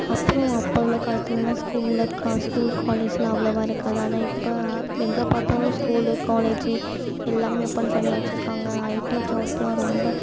அப்றம் அப்போது உள்ள காலத்துலலாம் ஸ்கூலில் காஸ் ஸ்கூல் காலேஜ்லாம் அவ்வளோவா இருக்காது ஆனால் இப்போ எங்கே பார்த்தாலும் ஸ்கூல் காலேஜ் எல்லாமே ஓபன் பண்ணி வச்சுருக்காங்க ஐடி ஜாப்லாம் ரொம்ப